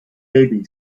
baby